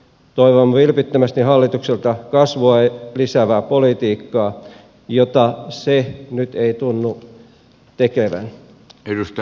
toivon vilpittömästi hallitukselta kasvua lisäävää politiikkaa jota se nyt ei tunnu tekevän